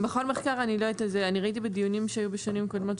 ראיתי בדיונים משנים קודמות,